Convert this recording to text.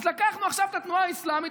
אז לקחנו עכשיו את התנועה האסלאמית,